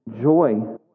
joy